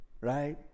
right